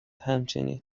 همچنین